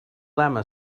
llama